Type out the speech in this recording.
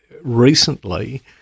recently